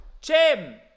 Jim